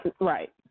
Right